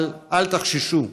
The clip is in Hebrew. אבל אל תחששו.